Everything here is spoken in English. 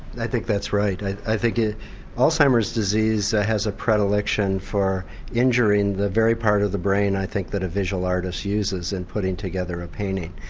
i think that's right, i i think ah alzheimer's disease has a predilection for injuring the very part of the brain i think that a visual artist uses in putting together a painting.